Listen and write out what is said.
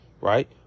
right